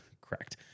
correct